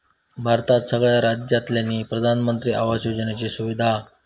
भारतात सगळ्या राज्यांतल्यानी प्रधानमंत्री आवास योजनेची सुविधा हा